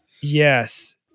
Yes